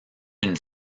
une